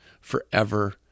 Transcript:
forever